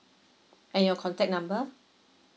and your contact number